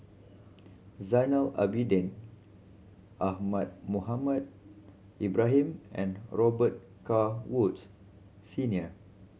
Zainal Abidin Ahmad Mohamed Ibrahim and Robet Carr Woods Senior